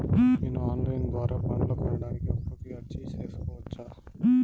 నేను online ద్వారా బండ్లు కొనడానికి అప్పుకి అర్జీ సేసుకోవచ్చా?